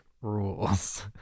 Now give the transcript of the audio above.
rules